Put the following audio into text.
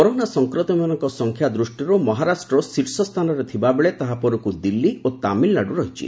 corona ସଂକ୍ରମିତମାନଙ୍କ ସଂଖ୍ୟା ଦୃଷ୍ଟିରୁ ମହାରାଷ୍ଟ୍ର ଶୀର୍ଷସ୍ଥାନରେ ଥିବାବେଳେ ତାହାପରକୁ ଦିଲ୍ଲୀ ଓ ତାମିଲନାଡୁ ରହିଛି